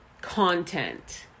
content